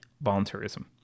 voluntarism